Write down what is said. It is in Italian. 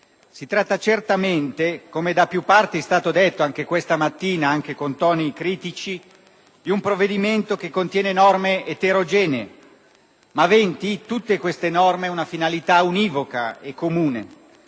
Si tratta certamente, come da più parti è stato detto anche questa mattina pure con toni critici, di un provvedimento che contiene norme eterogenee ma aventi, tutte queste norme, una finalità univoca e comune: